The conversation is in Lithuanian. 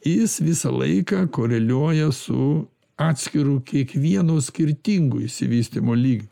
jis visą laiką koreliuoja su atskiru kiekvieno skirtingu išsivystymo ly